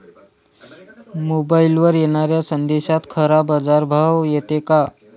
मोबाईलवर येनाऱ्या संदेशात खरा बाजारभाव येते का?